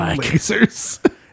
lasers